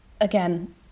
Again